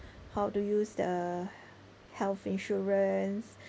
how to use the health insurance